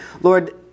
Lord